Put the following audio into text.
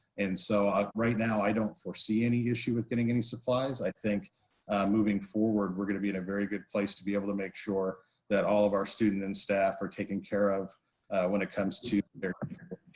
and so ah right now i don't foresee any issue with getting any supplies. i think moving forward we're gonna be in a very good place to be able to make sure that all of our student and staff are taken care of when it comes to their ppe.